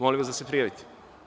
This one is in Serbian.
Molim vas da se prijavite.